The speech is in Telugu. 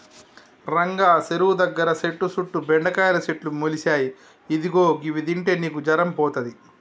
రంగా సెరువు దగ్గర సెట్టు సుట్టు బెండకాయల సెట్లు మొలిసాయి ఇదిగో గివి తింటే నీకు జరం పోతది